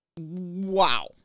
Wow